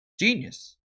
genius